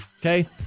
Okay